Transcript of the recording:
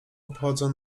obchodzą